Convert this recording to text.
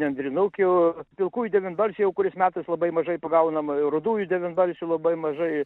nendrinukių pilkųjų devynbalsių jau kuris metas labai mažai pagaunam rudųjų devynbalsių labai mažai